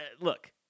Look